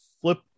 flip